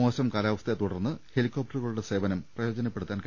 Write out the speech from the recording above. മോശം കാലാവ സ്ഥയെത്തുടർന്ന് ഹെലികോപ്റ്ററുകളുടെ സേവനം പ്രയോജനപ്പെ ടുത്താനായില്ല